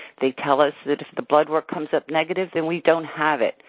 they tell us that, if the bloodwork comes up negative, then we don't have it.